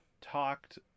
talked